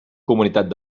comunitat